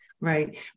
right